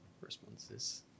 responses